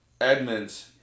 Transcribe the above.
Edmonds